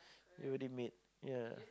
already made yeah